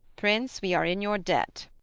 prince, we are in your debt.